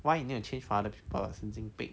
why you need to change for other people 神经病